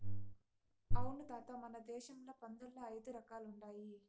అవును తాత మన దేశంల పందుల్ల ఐదు రకాలుండాయి